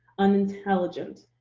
unintelligent,